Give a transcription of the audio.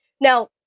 now